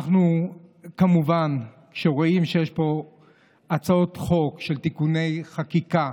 כמובן שאנחנו רואים שיש פה הצעות חוק לתיקוני חקיקה,